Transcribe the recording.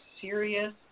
serious